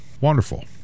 wonderful